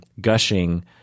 gushing